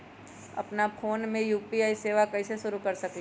अपना फ़ोन मे यू.पी.आई सेवा कईसे शुरू कर सकीले?